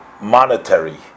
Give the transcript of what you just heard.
monetary